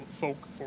folk